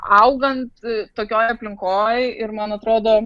augant tokioj aplinkoj ir man atrodo